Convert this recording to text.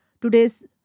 today's